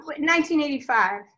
1985